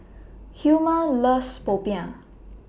Hilma loves Popiah